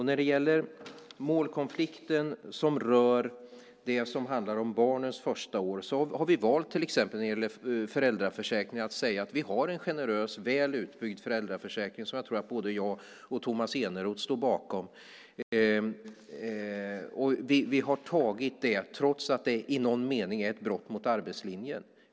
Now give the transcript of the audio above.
När det gäller barnens första år har vi valt att ha en generös och väl utbyggd föräldraförsäkring, som jag tror att både jag och Tomas Eneroth står bakom. Vi gör detta trots att det i någon mening är ett brott mot arbetslinjen.